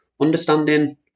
understanding